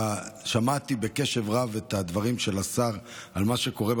שמעתי בקשב רב את הדברים של השר על מה שקורה,